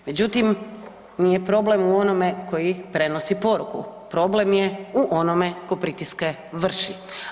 Međutim, nije problem u onome koji prenosi poruku, problem je u onome tko pritiske vrši.